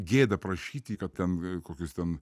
gėda prašyti kad ten kokius ten